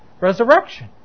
resurrection